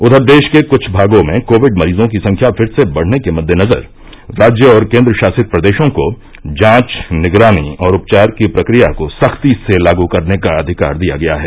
उधर देश के कुछ भागों में कोविड मरीजों की संख्या फिर से बढने के मद्देनजर राज्य और केन्द्रशासित प्रदेशों को जांच निगरानी और उपचार की प्रक्रिया को सख्ती से लाग करने का अधिकार दिया गया है